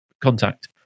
contact